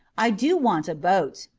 i do want a boat.